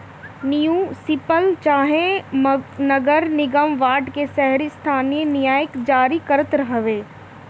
municipal चाहे नगर निगम बांड के शहरी स्थानीय निकाय जारी करत हवे